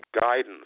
guidance